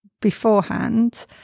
beforehand